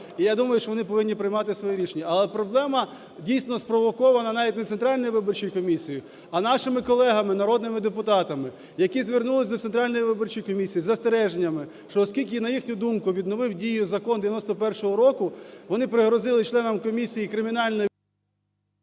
І, я думаю, що вони повинні приймати своє рішення. Але проблема, дійсно, спровокована навіть не Центральною виборчою комісією, а нашими колегами, народними депутатами, які звернулись до Центральної виборчої комісії з застереженнями, що, оскільки, на їхню думку, відновив дію закон 91-го року, вони пригрозили членам комісії і… ГОЛОВУЮЧИЙ.